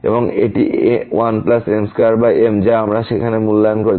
এবং এটি 1m2m যা আমরা সেখানে মূল্যায়ন করেছি